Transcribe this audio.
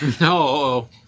no